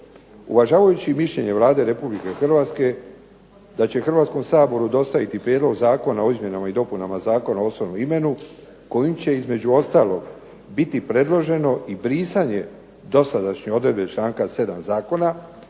Uvažavajući mišljenje Vlade Republike Hrvatske da će Hrvatskom saboru dostaviti Prijedlog zakona o izmjenama i dopunama Zakona o osobnom imenu kojim će između ostalog biti predloženo i brisanje dosadašnje odredbe članka 7. Zakona